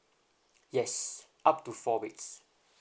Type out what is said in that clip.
yes up to four weeks